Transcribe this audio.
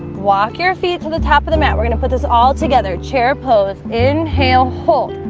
walk your feet to the top of the mat. we're going to put this all together chair pose inhale hold